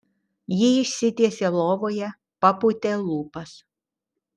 ji išsitiesė lovoje papūtė lūpas